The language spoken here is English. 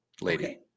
lady